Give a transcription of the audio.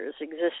exist